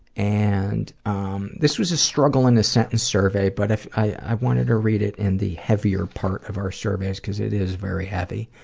and um this was a struggle in a sentence survey, but if i wanted to read it in the heavier part of our surveys cause it is very heavy.